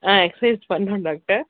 ஆ exercise பண்ணிணோம் doctor